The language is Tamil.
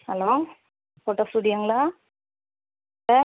ஹலோ ஃபோட்டோ ஸ்டூடியோங்களா சார்